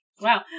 Wow